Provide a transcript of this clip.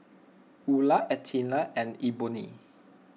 Eula Alethea and Eboni